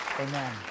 Amen